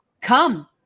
Come